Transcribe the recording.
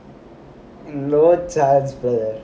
lower child birth